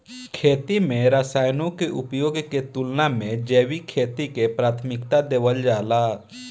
खेती में रसायनों के उपयोग के तुलना में जैविक खेती के प्राथमिकता देवल जाला